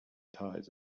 tides